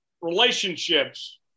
relationships